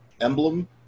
emblem